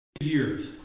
years